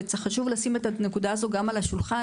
וחשוב לשים את הנקודה הזו גם על השולחן,